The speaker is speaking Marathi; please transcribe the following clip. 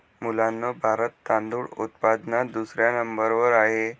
मुलांनो भारत तांदूळ उत्पादनात दुसऱ्या नंबर वर आहे